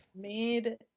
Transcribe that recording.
made